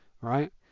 right